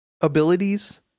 abilities